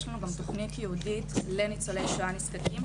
יש לנו גם תוכנית ייעודית לניצולי שואה נזקקים,